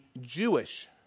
Jewish